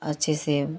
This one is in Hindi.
अच्छे से